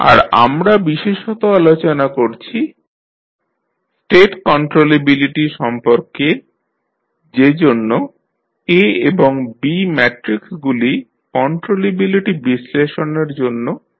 আর আমরা বিশেষত আলোচনা করছি স্টেট কন্ট্রোলেবিলিটি সম্পর্কে যেজন্য A এবং B ম্যাট্রিক্সগুলি কন্ট্রোলেবিলিটি বিশ্লেষণের জন্য বিবেচনা করা হচ্ছে